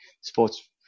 sports